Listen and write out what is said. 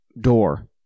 door